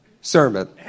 sermon